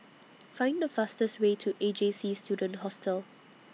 Find The fastest Way to A J C Student Hostel